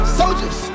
soldiers